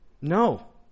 No